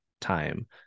time